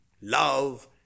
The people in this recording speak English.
love